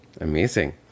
Amazing